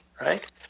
right